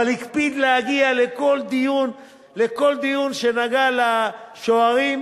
אבל הקפיד להגיע לכל דיון שנגע לשוטרים,